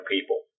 people